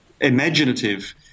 imaginative